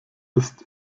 ist